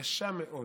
קשה מאוד.